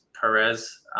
Perez